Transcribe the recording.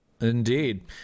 Indeed